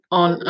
on